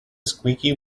squeaky